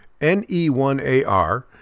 NE1AR